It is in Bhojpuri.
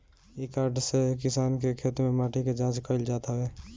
इ कार्ड से किसान के खेत के माटी के जाँच कईल जात हवे